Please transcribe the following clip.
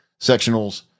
sectionals